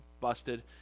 busted